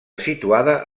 situada